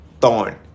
thorn